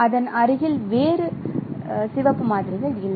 அதன் அருகில் வேறு சிவப்பு மாதிரிகள் இல்லை